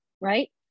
Right